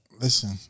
Listen